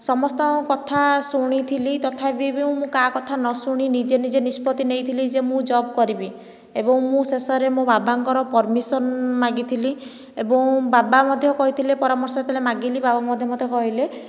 ସମସ୍ତଙ୍କ କଥା ଶୁଣିଥିଲି ତଥାବି ମୁଁ କାହା କଥା ନ ଶୁଣି ନିଜେ ନିଜେ ନିଷ୍ପତି ନେଇଥିଲି ଯେ ମୁଁ ଜବ କରିବି ଏବଂ ମୁଁ ଶେଷରେ ମୋ ବାବାଙ୍କର ପରମିସନ ମାଗିଥିଲି ଏବଂ ବାବା ମଧ୍ୟ କହିଥିଲେ ପରାମର୍ଶ ଯେତେବେଳେ ମାଗିଲି ବାବା ମଧ୍ୟ ମୋତେ କହିଲେ